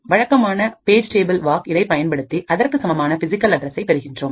வழக்கமான page table walk இதைப் பயன்படுத்தி அதற்கு சமமான பிசிகல் அட்ரசை பெறுகின்றோம்